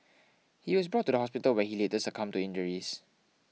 he was brought to the hospital where he later succumbed to injuries